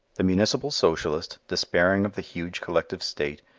the municipal socialist, despairing of the huge collective state,